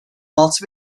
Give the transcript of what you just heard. altı